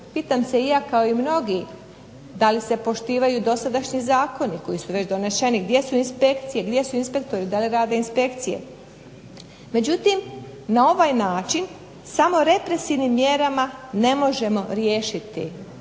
pitam se i ja kao i mnogi da li se poštivaju dosadašnji zakoni koji su već doneseni. Gdje su inspekcije, gdje su inspektori? Da li rade inspekcije? Međutim, na ovaj način samo represivnim mjerama ne možemo riješiti.